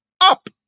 up